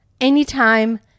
anytime